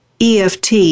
EFT